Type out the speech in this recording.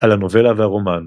על הנובלה והרומן.